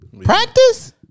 Practice